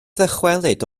ddychwelyd